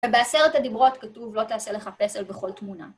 ובעשרת הדיברות כתוב, לא תעשה לך פסל וכל תמונה.